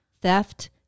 theft